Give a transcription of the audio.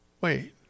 Wait